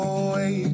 away